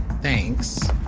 thanks.